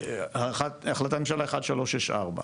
בהחלטת ממשלה 364,